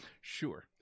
Sure